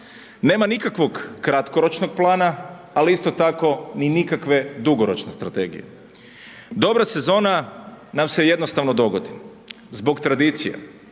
Nema nikakvog kratkoročnog plana ali isto tako ni nikakve dugoročne strategije. Dobra sezona nam se jednostavno dogodi zbog tradicije,